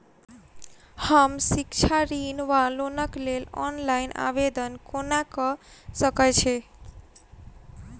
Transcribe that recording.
हम शिक्षा ऋण वा लोनक लेल ऑनलाइन आवेदन कोना कऽ सकैत छी?